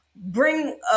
bring